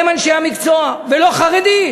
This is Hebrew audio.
הם אנשי המקצוע, ולא חרדים.